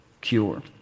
cure